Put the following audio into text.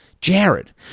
Jared